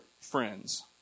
friends